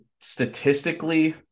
statistically